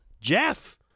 Jeff